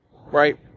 right